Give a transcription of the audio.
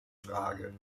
frage